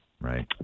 Right